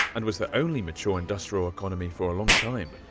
and was the only mature industrial economy for a long time.